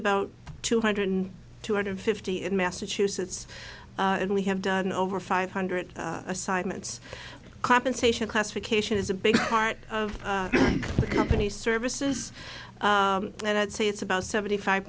about two hundred two hundred fifty in massachusetts and we have done over five hundred assignments compensation classification is a big part of the company's services and i'd say it's about seventy five